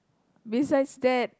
besides that